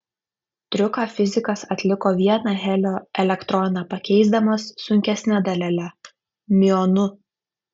triuką fizikas atliko vieną helio elektroną pakeisdamas sunkesne dalele miuonu